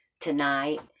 tonight